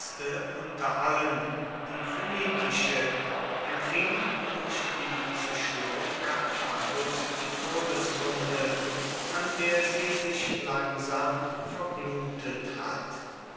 unter allen die phönikische empfing durch die zerstörung karthagos die todeswunde an der sie sich langsam verblutet hat